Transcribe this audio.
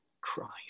Christ